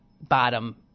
bottom